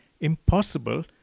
impossible